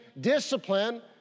Discipline